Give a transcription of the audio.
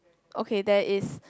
okay there is